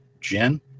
Jen